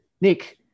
Nick